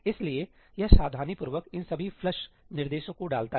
इसलिए यह सावधानीपूर्वक इन सभी फ्लश निर्देशों को डालता है